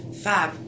Fab